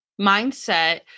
mindset